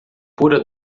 pura